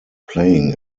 playing